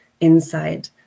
inside